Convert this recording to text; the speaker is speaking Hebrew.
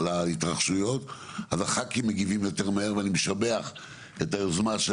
להתרחשויות אז הח"כים מגיבים יותר מהר ואני משבח את היוזמה של